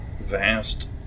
vast